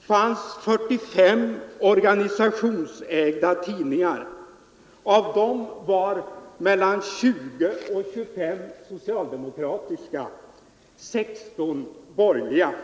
fanns 45 organisationsägda tidningar, av dem var mellan 20 och 25 socialdemokratiska och 16 borgerliga.